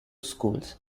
schools